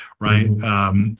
right